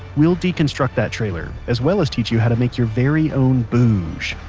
we'll deconstruct that trailer as well as teach you how to make your very own booj,